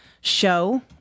show